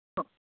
हो